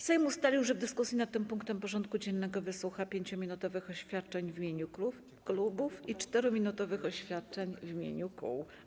Sejm ustalił, że w dyskusji nad tym punktem porządku dziennego wysłucha 5-minutowych oświadczeń w imieniu klubów i 4-minutowych oświadczeń w imieniu kół.